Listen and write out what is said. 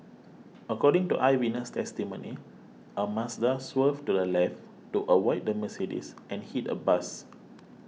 according to eyewitness testimony a Mazda swerved to the left to avoid the Mercedes and hit a bus